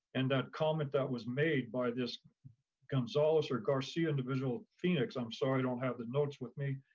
and that comment that was made by this gonzales or garcia individual, phoenix, i'm sorry, i don't have the notes with me.